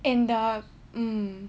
in the hmm